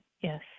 yes